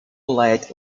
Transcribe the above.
let